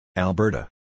Alberta